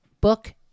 book